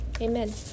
Amen